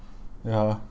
ya